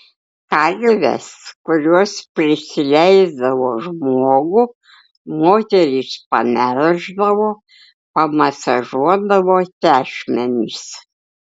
karves kurios prisileisdavo žmogų moterys pamelždavo pamasažuodavo tešmenis